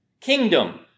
Kingdom